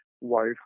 wife